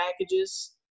packages